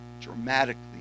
dramatically